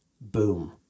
boom